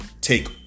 take